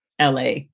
LA